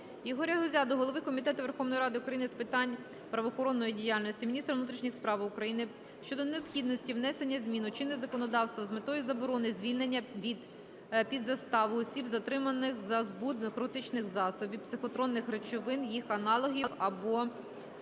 Ігоря Гузя до голови Комітету Верховної Ради України з питань правоохоронної діяльності, міністра внутрішніх справ України щодо необхідності внесення змін у чинне законодавство з метою заборони звільнення під заставу осіб, затриманих за збут наркотичних засобів, психотропних речовин, їх аналогів або